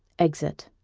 exit